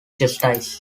justice